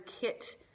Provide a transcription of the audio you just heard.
Kit